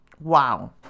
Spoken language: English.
Wow